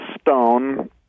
stone